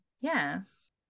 Yes